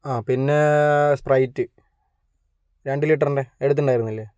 ആ പിന്നെ സ്പ്രൈറ്റ് രണ്ട് ലിറ്ററിൻ്റെ എടുത്തിട്ടുണ്ടായിരുന്നില്ലേ